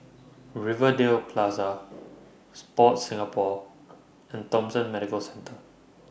Rivervale Plaza Sport Singapore and Thomson Medical Centre